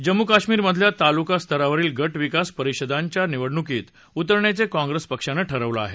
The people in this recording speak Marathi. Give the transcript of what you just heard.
जम्मू कश्मीर मधील तालुका स्तरावरील गट विकास परिषदांच्या निवडणुकीत उतरण्याचे काँग्रेस पक्षानं ठरवलं आहे